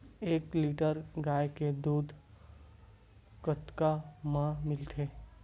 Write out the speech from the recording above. एक लीटर गाय के दुध कतका म मिलथे?